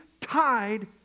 tied